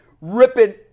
ripping